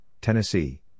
Tennessee